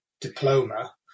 diploma